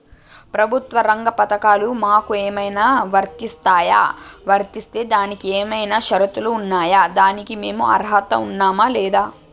ప్రభుత్వ రంగ పథకాలు మాకు ఏమైనా వర్తిస్తాయా? వర్తిస్తే దానికి ఏమైనా షరతులు ఉన్నాయా? దానికి మేము అర్హత ఉన్నామా లేదా?